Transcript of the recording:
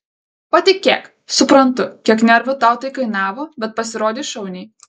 patikėk suprantu kiek nervų tau tai kainavo bet pasirodei šauniai